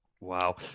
Wow